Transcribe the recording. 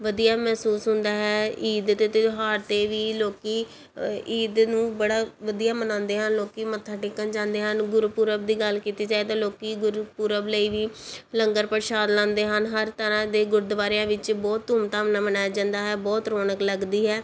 ਵਧੀਆ ਮਹਿਸੂਸ ਹੁੰਦਾ ਹੈ ਈਦ ਦੇ ਤਿਉਹਾਰ 'ਤੇ ਵੀ ਲੋਕ ਈਦ ਨੂੰ ਬੜਾ ਵਧੀਆ ਮਨਾਉਂਦੇ ਹਨ ਲੋਕ ਮੱਥਾ ਟੇਕਣ ਜਾਂਦੇ ਹਨ ਗੁਰਪੁਰਬ ਦੀ ਗੱਲ ਕੀਤੀ ਜਾਏ ਅਤੇ ਲੋਕ ਗੁਰਪੁਰਬ ਲਈ ਵੀ ਲੰਗਰ ਪ੍ਰਸ਼ਾਦ ਲਾਉਂਦੇ ਹਨ ਹਰ ਤਰ੍ਹਾਂ ਦੇ ਗੁਰਦੁਆਰਿਆਂ ਵਿੱਚ ਬਹੁਤ ਧੂਮਧਾਮ ਨਾਲ ਮਨਾਇਆ ਜਾਂਦਾ ਹੈ ਬਹੁਤ ਰੌਣਕ ਲੱਗਦੀ ਹੈ